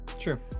Sure